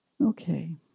Okay